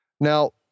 Now